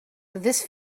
this